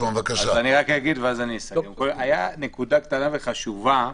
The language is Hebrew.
להגיד, הייתה נקודה קטנה וחשובה,